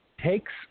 takes